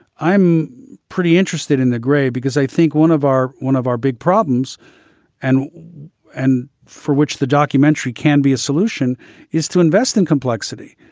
i'm pretty interested in the gray because i think one of our one of our big problems and and for which the documentary can be a solution is to invest in complexity,